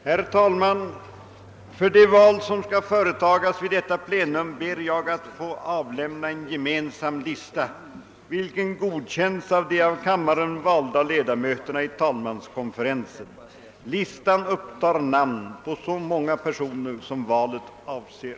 Herr talman! För det val som skall företagas vid detta plenum ber jag att få avlämna en gemensam lista, vilken godkänts av de av kammaren valda ledamöterna i talmanskonferensen. Listan upptar namn på så många personer, som valet avser.